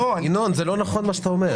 ינון, לא נכון מה שאתה אומר.